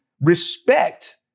respect